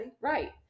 Right